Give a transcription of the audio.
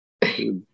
Good